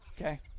Okay